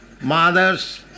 mother's